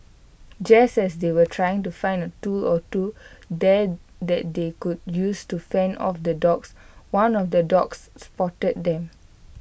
just as they were trying to find A tool or two that that they could use to fend off the dogs one of the dogs spotted them